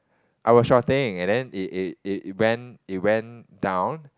I was shorting and then it it it it went it went down